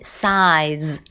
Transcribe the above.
size